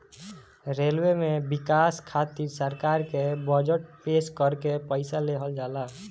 railway में बिकास खातिर सरकार के बजट पेश करके पईसा लेहल जाला